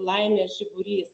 laimės žiburys